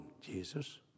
Jesus